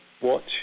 watch